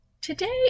Today